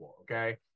Okay